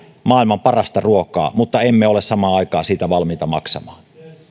maailman parasta ruokaa mutta emme ole samaan aikaan siitä valmiita maksamaan